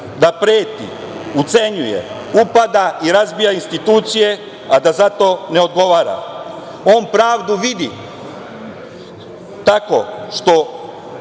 da preti, ucenjuje, upada i razbija institucije, a da za to ne odgovara. On pravdu vidi tako što